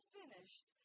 finished